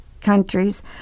countries